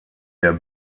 der